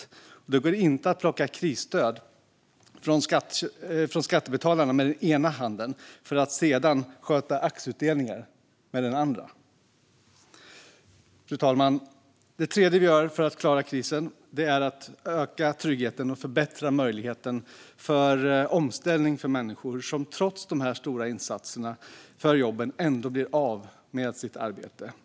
Man kan då inte med ena handen plocka krisstöd från skattebetalarna för att sedan sköta aktieutdelningar med den andra. Fru talman! Det tredje vi gör för att klara krisen är att öka tryggheten och förbättra möjligheten för omställning för människor som trots dessa stora insatser för jobben ändå blir av med sitt arbete.